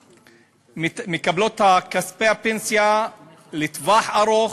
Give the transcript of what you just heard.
שמקבלות את כספי הפנסיה לטווח ארוך,